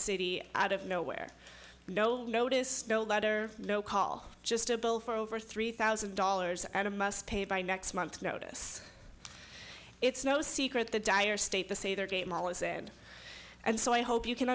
city out of nowhere no notice no letter no call just a bill for over three thousand dollars and must pay by next month's notice it's no secret the dire state to say their game all is said and so i hope you can